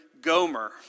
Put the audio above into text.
Gomer